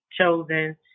chosen